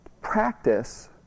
practice